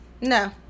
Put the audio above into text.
No